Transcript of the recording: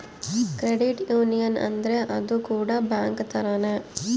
credit union ಅಂದ್ರ ಅದು ಕೂಡ ಬ್ಯಾಂಕ್ ತರಾನೇ